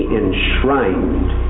enshrined